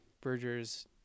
Berger's